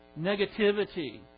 negativity